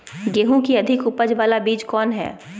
गेंहू की अधिक उपज बाला बीज कौन हैं?